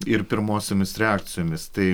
ir pirmosiomis reakcijomis tai